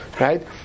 right